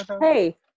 Hey